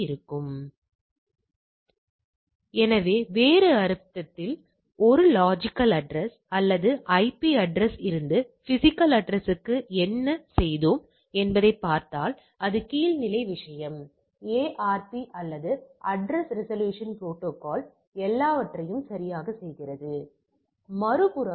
மேலும் நிச்சயமாக நான் சொன்னது போல் உயிரியல் சூழ்நிலையில் இது மிகவும் பயனுள்ளதாக இருக்கிறது ஏனென்றால் 10 இறப்பு விகிதத்தை நாங்கள் எதிர்பார்க்கிறோம் என்று நீங்கள் சொல்கிறீர்கள் பின்னர் சில கிராமங்களில் நாம் வெவ்வேறு எண்களைக் காண்கிறோம்